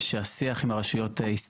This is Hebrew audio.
אז אני רק אגיד שהשיח עם הרשויות הסתיים,